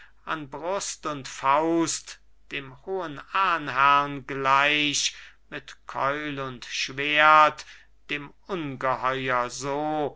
an brust und faust dem hohen ahnherrn gleich mit keul und schwert dem ungeheuer so